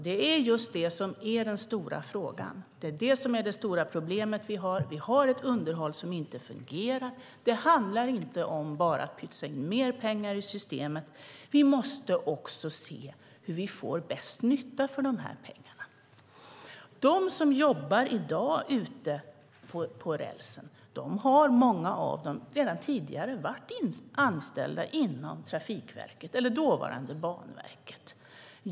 Det är just det som är den stora frågan. Det är det som är det stora problemet, som vi har. Vi har ett underhåll som inte fungerar. Det handlar inte om bara att pytsa in mer pengar i systemet. Vi måste också se hur vi får bäst nytta för de här pengarna. Många av dem som i dag jobbar ute på rälsen har redan tidigare varit anställda inom Trafikverket eller dåvarande Banverket.